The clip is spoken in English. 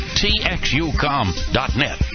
txucom.net